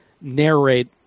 narrate